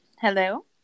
Hello